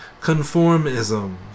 conformism